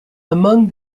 among